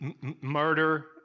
murder